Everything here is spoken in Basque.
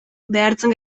behartzen